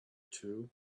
two